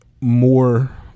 more